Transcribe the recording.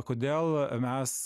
kodėl mes